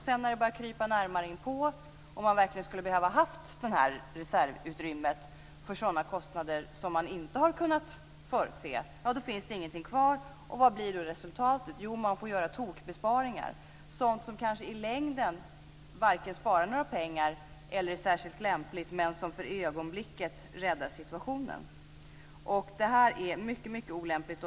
Sedan, när det börjar krypa närmare inpå och man verkligen skulle ha behövt det här reservutrymmet för sådana kostnader som man inte kunnat förutse, finns det ingenting kvar. Vad blir då resultatet? Jo, man får göra tokbesparingar, sådant som kanske i längden varken sparar några pengar eller är särskilt lämpligt men som för ögonblicket räddar situationen. Det här är mycket, mycket olämpligt.